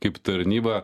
kaip tarnyba